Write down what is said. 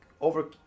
Over